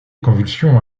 convulsions